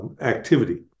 activity